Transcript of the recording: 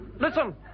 Listen